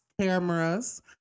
cameras